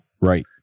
Right